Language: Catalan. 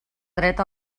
dret